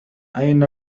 أين